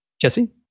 Jesse